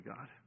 God